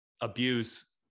abuse